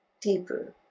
deeper